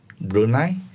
Brunei